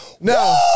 No